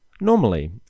Normally